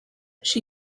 she